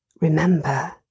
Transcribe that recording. remember